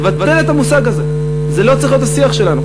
לבטל את המושג הזה, זה לא צריך להיות השיח שלנו,